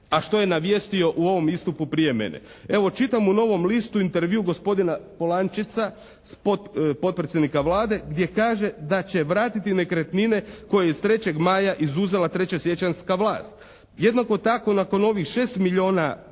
a što je navijestio u ovom istupu prije mene. Evo čitam u "Novom listu" intervju gospodina Polančeca, potpredsjednika Vlade gdje kaže da će vratiti nekretnine koje je iz "3. Maja" izuzela trećesječanjska vlast. Jednako tako nakon ovih 6 milijuna dolara